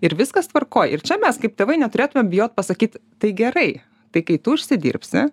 ir viskas tvarkoj ir čia mes kaip tėvai neturėtumėm bijot pasakyt tai gerai tai kai tu užsidirbsi